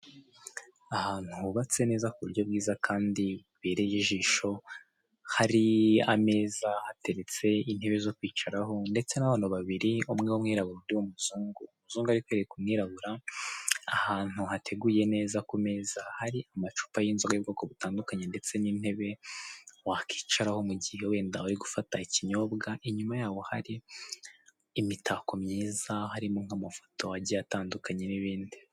Ahantu hubatse neza ku buryo bwiza kandi bubereye ijisho, hari ameza, hateretse intebe zo kwicaraho ndetse n'abantu babiri, umwe w'umwirabura, undi w'umuzungu, umuzungu ari kwereka umwirabura ahantu hateguye neza ku meza hari amacupa y'inzoga y'ubwoko butandukanye ndetse n'intebe wakwicaraho mu gihe wenda bari gufata ikinyobwa, inyuma yabo hari imitako myiza, harimo nk'amafoto agiye atandukanye n'ibindi.